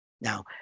Now